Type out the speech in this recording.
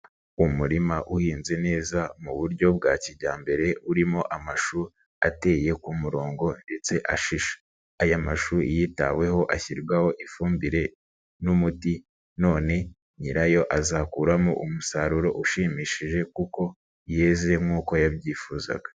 Umurima uhinze neza mu buryo bwa kijyambere urimo amashu ateye ku murongo ndetse ashishe, aya mashu yitaweho ashyirwaho ifumbire n'umuti none nyirayo azakuramo umusaruro ushimishije kuko yeze nk'uko yabyifuzaga.